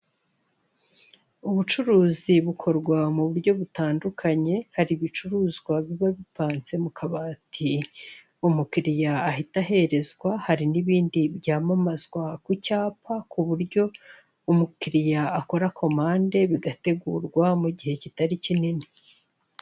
Ubucuruzi bukorwa mu buryo butandukanye, hari ibicuruzwa biba bipanzwe mu kabati umukiriya ahita aherezwa, hari n'ibindi byamamazwa ku cyapa ku buryo umukiriya akora komande bigategurwa mu gihe kitari kinini.